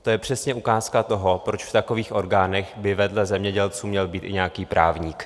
To je přesně ukázka toho, proč v takových orgánech by vedle zemědělců měl být i nějaký právník.